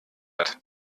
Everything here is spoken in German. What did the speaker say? hat